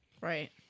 Right